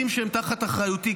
מהותית ועקרונית.